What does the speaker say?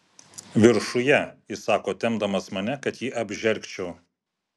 viršuje įsako tempdamas mane kad jį apžergčiau